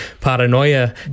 paranoia